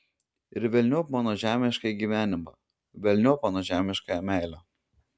ir velniop mano žemiškąjį gyvenimą velniop mano žemiškąją meilę